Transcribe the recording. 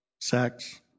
sex